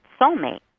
soulmate